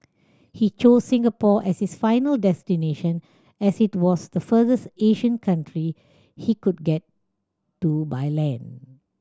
he chose Singapore as his final destination as it was the furthest Asian country he could get to by land